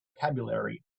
vocabulary